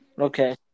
Okay